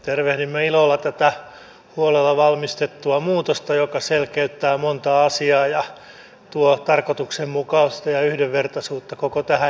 tervehdimme ilolla tätä huolella valmisteltua muutosta joka selkeyttää monta asiaa ja tuo tarkoituksenmukaisuutta ja yhdenvertaisuutta koko tähän eläkeuudistukseen